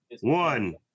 one